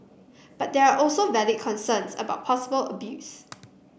but there are also valid concerns about possible abuse